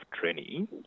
training